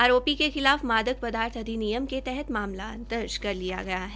आरोपी के खिलाफ मादक पदार्थ अधिनियम के तहत मामला दर्ज कर लिया गया है